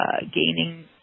gaining